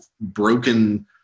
broken